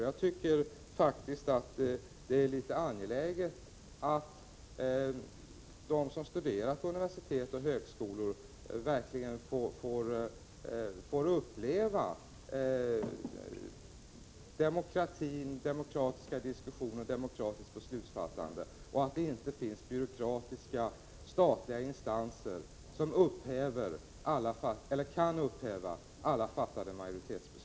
Jag tycker faktiskt att det är angeläget att de som studerar på universitet och högskolor verkligen får uppleva demokrati — demokratiska diskussioner och demokratiskt beslutsfattande — och att det inte finns byråkratiska statliga instanser som kan upphäva alla majoritetsbeslut.